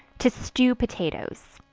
to stew potatoes.